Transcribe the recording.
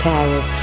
Paris